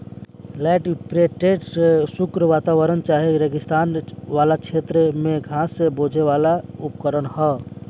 land imprinter शुष्क वातावरण चाहे रेगिस्तान वाला क्षेत्र में घास बोवेवाला उपकरण ह